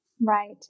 Right